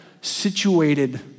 situated